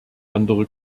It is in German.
andere